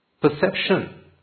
perception